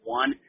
one